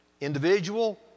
individual